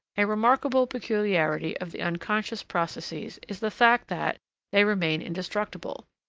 a remarkable peculiarity of the unconscious processes is the fact that they remain indestructible.